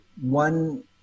one